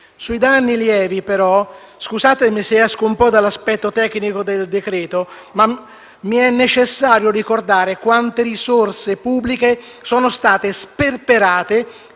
Sui danni lievi però - scusatemi se esco un po' dall'aspetto tecnico del decreto-legge - mi è necessario ricordare quante risorse pubbliche sono state sperperate